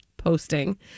posting